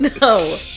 No